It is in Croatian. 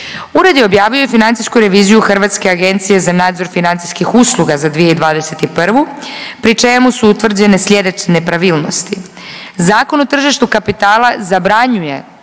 Ured je objavio i financijsku reviziju Hrvatske agencije za nadzor financijskih usluga za 2021. pri čemu su utvrđene sljedeće nepravilnosti. Zakon o tržištu kapitala zabranjuje